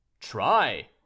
Try